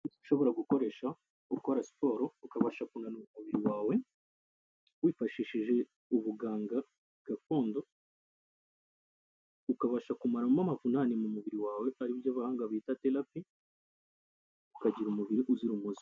Ushobora gukoresha ukora siporo ukabasha kunanura umubiri wawe wifashishije ubuganga gakondo, ukabasha kumaramo amavunane mu mubiri wawe, ari byo abahanga bita terapi, ukagira umubiri uzira umuze.